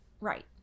Right